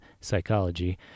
psychology